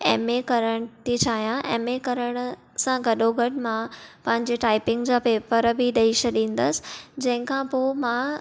M A करणु थी चाहियां एम ऐ करण सां गॾो गॾु मां पंहिंजे टाइपिंग जा पेपर बि ॾेई छॾींदसि जंहिं खां पोइ मां